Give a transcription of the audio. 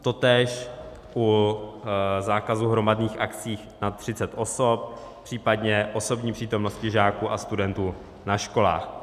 Totéž u zákazu hromadných akcí nad 30 osob, případně osobní přítomnosti žáků a studentů na školách.